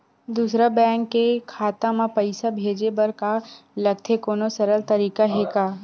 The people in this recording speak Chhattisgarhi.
दूसरा बैंक के खाता मा पईसा भेजे बर का लगथे कोनो सरल तरीका हे का?